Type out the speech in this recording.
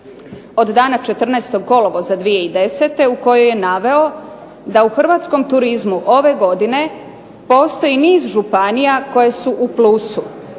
od dana 14. kolovoza 2010. u kojoj je naveo da u hrvatskom turizmu ove godine postoji niz županija koje su u plusu,